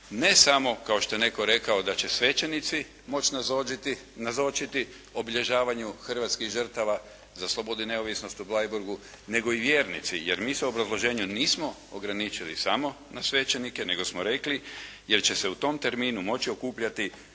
ne samo kao što je netko rekao da će svećenici moći nazočiti obilježavanju hrvatskih žrtava za slobodu i neovisnost u Bleiburgu, nego i vjernici. Jer mi se u obrazloženju nismo ograničili samo na svećenike, nego smo rekli jer će se u tom terminu moći okupljati